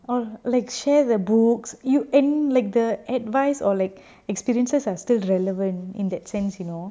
all like share the books you and like the advice or like experiences are still relevant in that sense you know